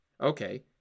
okay